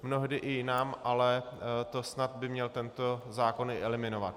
Mnohdy i jinam, ale to snad by měl tento zákon i eliminovat.